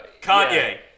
Kanye